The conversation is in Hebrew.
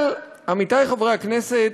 אבל, עמיתי חברי הכנסת,